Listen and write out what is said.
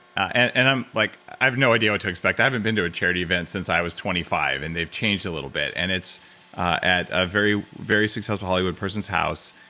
and i'm like. i have no idea what to expect i haven't been to a charity event since i was twenty five, and they've changed a little bit and it's at a very, very successful hollywood person's house,